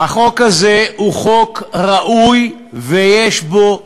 הזה הוא חוק ראוי, ויש בו צורך.